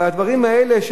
אבל הדברים האלה,